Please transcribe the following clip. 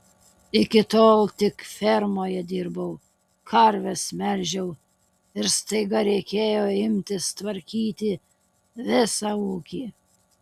iki tol tik fermoje dirbau karves melžiau ir staiga reikėjo imtis tvarkyti visą ūkį